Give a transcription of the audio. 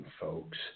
folks